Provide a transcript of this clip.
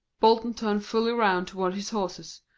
bolton turned fully round toward his horses,